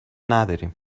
نداریم